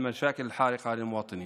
כמו המלחמה בעוני,